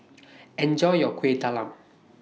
Enjoy your Kueh Talam